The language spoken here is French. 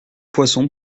poisson